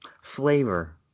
flavor